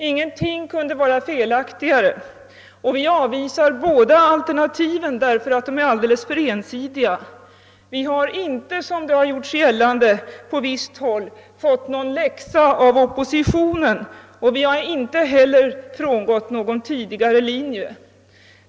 Ingenting kunde vara felaktigare. Vi avvisar båda alternativen, därför att de är alltför ensidiga. Vi har inte, som det har gjorts gällande på visst håll, fått någon läxa av oppositionen, och vi har inte heller frångått någon tidigare linje.